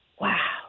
wow